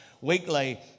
weekly